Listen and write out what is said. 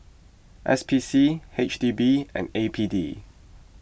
S P C H D B and A P D